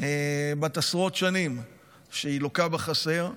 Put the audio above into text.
בת עשרות שנים שלוקה בחסר,